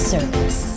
Service